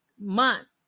month